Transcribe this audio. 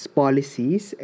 policies